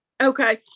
Okay